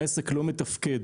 העסק לא מתפקד.